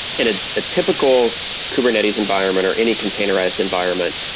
in a typical kubernetes environment or any containerized environment,